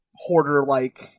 hoarder-like